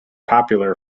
popular